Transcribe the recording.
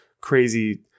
crazy